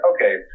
okay